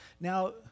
Now